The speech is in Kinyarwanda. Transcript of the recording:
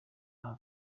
aha